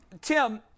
Tim